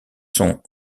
sont